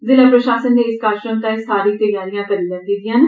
जिला प्रशासन नै इस कारजक्रम तांई सारी त्यारियां करी लैतियां न